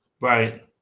Right